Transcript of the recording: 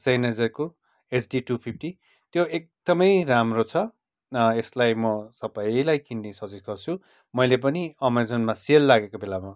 सेहनाइजरको HD two fifty त्यो एकदमै राम्रो छ यसलाई म सबैलाई किन्ने सजेस्ट गर्छु मैले पनि एमाजोनमा सेल लागेको बेलामा